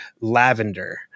Lavender